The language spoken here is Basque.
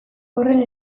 horren